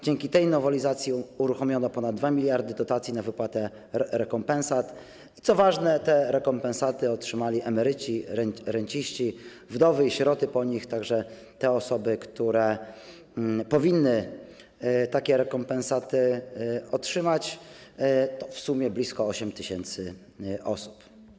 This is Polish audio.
Dzięki tej nowelizacji uruchomiono ponad 2 mld dotacji na wypłatę rekompensat i co ważne, te rekompensaty otrzymali emeryci, renciści, wdowy i sieroty po nich, także te osoby, które powinny takie rekompensaty otrzymać - to w sumie blisko 8 tys. osób.